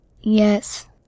Yes